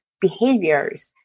behaviors